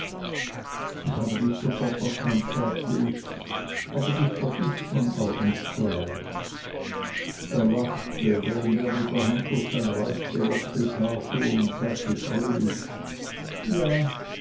ich habe dich sofort erkannt sagte ich aber dich vergißt man auch nicht so leicht er lachte während er mit der hand durch sein reichgelocktes haar fuhr und sagte fröhlich ja